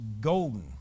golden